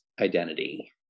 identity